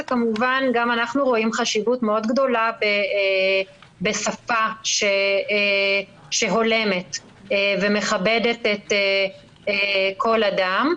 גם אנחנו רואים חשיבות גדולה בשפה שהולמת ומכבדת כל אדם.